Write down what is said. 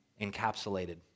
encapsulated